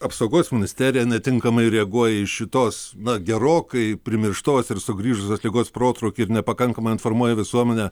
apsaugos ministerija netinkamai reaguoja į šitos na gerokai primirštos ir sugrįžusios ligos protrūkį ir nepakankamai informuoja visuomenę